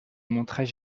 montrait